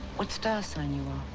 what star sign you are